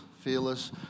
Fearless